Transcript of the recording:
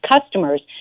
customers